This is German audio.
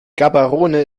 gaborone